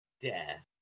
death